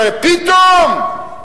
פתאום,